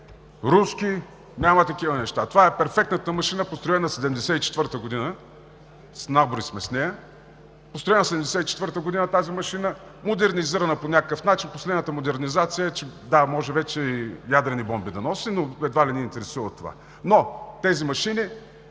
руски, няма такива неща. Това е перфектната машина, построена 1974 г., набори сме с нея, модернизирана по някакъв начин. Последната модернизация е – да, може вече и ядрени бомби да носи, но едва ли ни интересува това. Но на тези машини